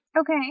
Okay